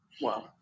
Wow